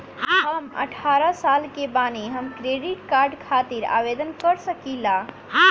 हम अठारह साल के बानी हम क्रेडिट कार्ड खातिर आवेदन कर सकीला?